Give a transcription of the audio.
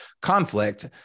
conflict